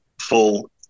full